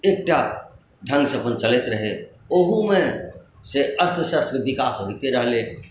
एकटा ढंग से अपन चलैत रहै ओहो मे से अस्त्र शस्त्र के विकास होइते रहलै